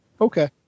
okay